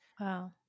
wow